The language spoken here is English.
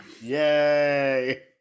Yay